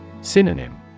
Synonym